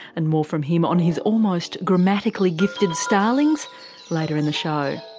and more from him on his almost grammatically gifted starlings later in the show.